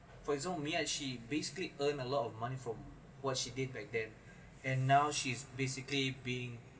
for its own basically earn a lot of money from what she did back then and now she's basically being